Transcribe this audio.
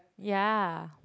ya